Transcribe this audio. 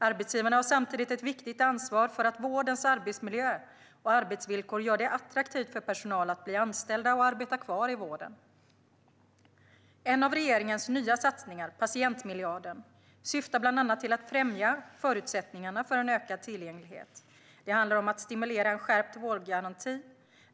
Arbetsgivarna har samtidigt ett viktigt ansvar för att vårdens arbetsmiljö och arbetsvillkor gör det attraktivt för personal att bli anställd och arbeta kvar i vården. En av regeringens nya satsningar, patientmiljarden, syftar bland annat till att främja förutsättningarna för en ökad tillgänglighet. Det handlar om att stimulera en skärpt vårdgaranti.